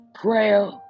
Prayer